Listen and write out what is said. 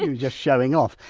and just showing off.